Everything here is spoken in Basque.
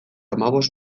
hamabost